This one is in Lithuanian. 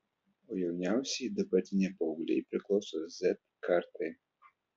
o jauniausieji dabartiniai paaugliai priklauso z kartai